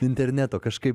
interneto kažkaip